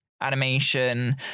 animation